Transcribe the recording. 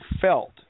felt